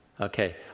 Okay